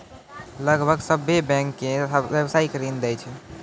लगभग सभ्भे बैंकें व्यवसायिक ऋण दै छै